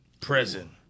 Prison